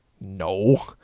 No